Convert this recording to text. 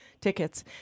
tickets